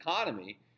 economy